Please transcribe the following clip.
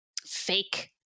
fake